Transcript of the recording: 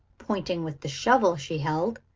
pointing with the shovel she held.